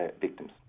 victims